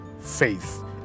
faith